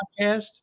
podcast